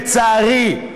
לצערי,